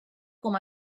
com